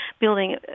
building